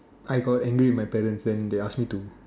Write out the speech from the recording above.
I got angry with my parents then they ask me to